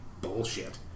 bullshit